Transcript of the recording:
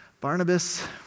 Barnabas